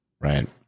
Right